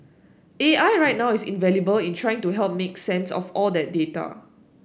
A I right now is invaluable in trying to help make sense of all that data